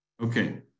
Okay